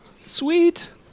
Sweet